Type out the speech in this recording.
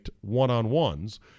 one-on-ones